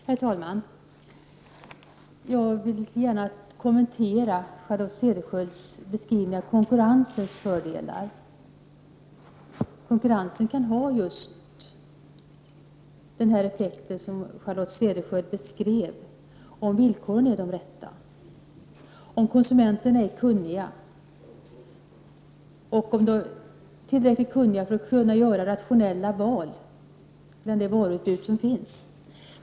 Herr talman! Jag vill gärna kommentera Charlotte Cederschiölds beskrivning av konkurrensens fördelar. Konkurrens kan få just den effekt som Charlotte Cederschiöld beskrev, om villkoren är de rätta, om konsumenterna är kunniga och om de är tillräckligt kunniga för att göra rationella val i det varuutbud som finns.